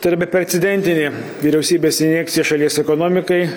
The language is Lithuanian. tai yra beprecedentinė vyriausybės injekcija šalies ekonomikai